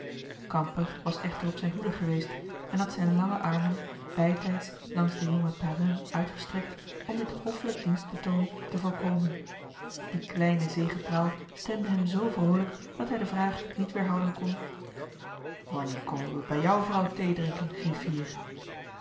kamper was echter op zijn hoede geweest en had zijn lange armen bij tijds langs den jongen perrin uitgestrekt om dit hoffelijk dienstbetoon te voorkomen die kleine zegepraal stemde hem zoo vroolijk dat hij de vraag niet weerhouden kon wanneer komen wij bij jou vrouw theedrinken griffier